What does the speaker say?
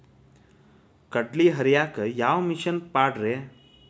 ಕಡ್ಲಿ ಹರಿಯಾಕ ಯಾವ ಮಿಷನ್ ಪಾಡ್ರೇ?